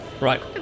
Right